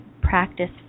practice